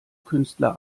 künstler